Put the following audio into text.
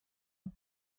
ait